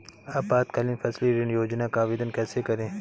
अल्पकालीन फसली ऋण योजना का आवेदन कैसे करें?